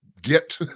get